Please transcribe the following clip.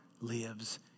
lives